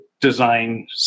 design